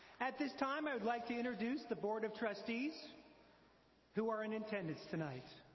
at this time i would like to introduce the board of trustees who are in attendance tonight.